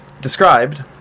described